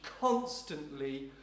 constantly